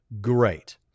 Great